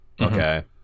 Okay